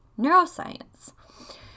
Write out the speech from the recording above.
neuroscience